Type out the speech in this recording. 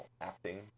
acting